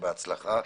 בהצלחה.